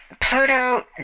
Pluto